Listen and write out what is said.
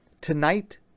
tonight